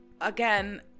again